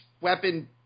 weapon